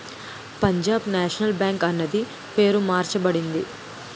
Punjab National Bank అన్నది పేరు మార్చబడింది